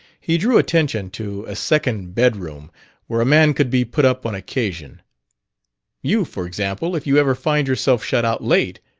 he drew attention to a second bedroom where a man could be put up on occasion you, for example, if you ever find yourself shut out late.